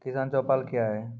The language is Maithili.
किसान चौपाल क्या हैं?